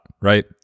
right